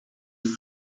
you